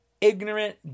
ignorant